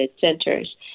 centers